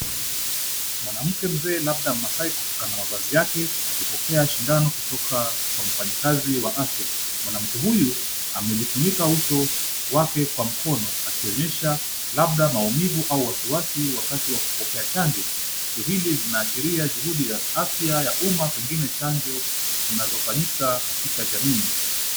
Mwanamke mzee labda wa Mmaasai kutokana na mavazi yake akipokea sindano kutoka kwa mfanyikazi wa afya. Mwanamke huyu amejifunika uso wake kwa mkono akionyesha labda maumivu au wasiwasi wakati wa kupokea chanjo. Tukio hili linaashiria juhudu ya afya ya uma pengine chanjo zinazofanyika katika jamii.